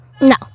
No